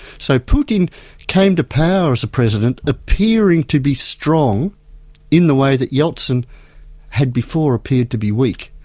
so putin came to power as a president appearing to be strong in the way that yeltsin had before appeared to be weak.